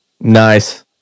Nice